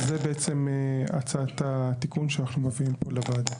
זה בעצם הצעת התיקון שאנחנו מביאים פה לוועדה.